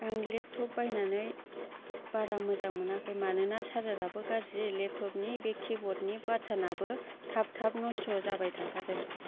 आं लेपटप बायनानै बारा मोजां मोनाखै मानोना चार्जाराबो गाज्रि लेपटपनि बे किबर्डनि बाटनाबो थाब थाब नस्थ' जाबाय थाथारो